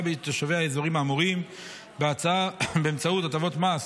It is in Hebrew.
בתושבי האזורים האמורים בהצעה באמצעות הטבות המס